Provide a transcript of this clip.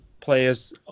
players